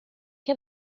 che